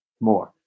more